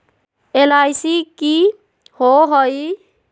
LIC I C हई?